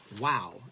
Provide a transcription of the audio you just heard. Wow